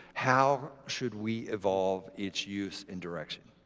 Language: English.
how should we evolve its use and direction?